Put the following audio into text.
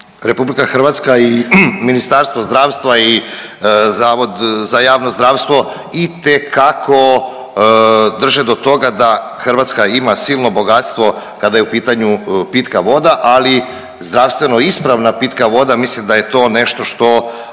je da RH i Ministarstvo zdravstva i Zavod za javno zdravstvo itekako drže do toga da Hrvatska ima silno bogatstvo kada je u pitanju pitka voda, ali zdravstveno ispravna pitka voda, mislim da je to nešto što